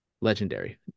Legendary